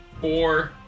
four